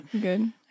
Good